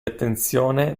attenzione